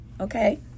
okay